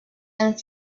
and